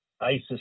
ISIS